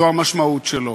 זו המשמעות שלו.